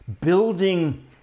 building